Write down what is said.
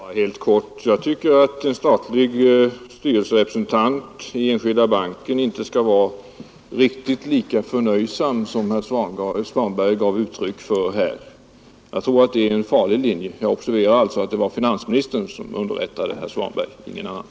Herr talman! Jag skall yttra mig helt kort. Jag tycker att en statlig styrelserepresentant i Enskilda banken inte skall vara riktigt så förnöjsam som herr Svanberg här gav uttryck för att han är. Det är en farlig linje. Jag noterar att det var finansministern och ingen annan som underrättade herr Svanberg.